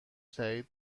تأیید